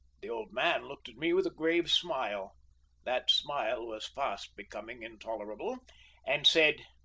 the old man looked at me with a grave smile that smile was fast becoming intolerable and said